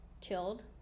chilled